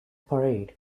parade